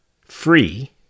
free